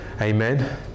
Amen